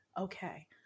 okay